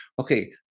okay